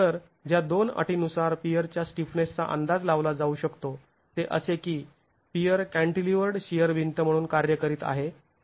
तर ज्या दोन अटींनुसार पियरच्या स्टिफनेसचा अंदाज लावला जाऊ शकतो ते असे की पियर कॅंटिलिवर्ड शिअर भिंत म्हणून कार्य करीत आहे